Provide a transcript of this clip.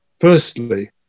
Firstly